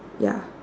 ya